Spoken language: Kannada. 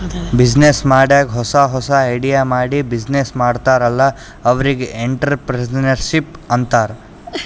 ಬಿಸಿನ್ನೆಸ್ ಮಾಡಾಗ್ ಹೊಸಾ ಹೊಸಾ ಐಡಿಯಾ ಮಾಡಿ ಬಿಸಿನ್ನೆಸ್ ಮಾಡ್ತಾರ್ ಅಲ್ಲಾ ಅವ್ರಿಗ್ ಎಂಟ್ರರ್ಪ್ರಿನರ್ಶಿಪ್ ಅಂತಾರ್